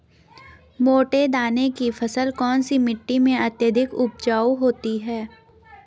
मोटे दाने की फसल कौन सी मिट्टी में अत्यधिक उपजाऊ होती है?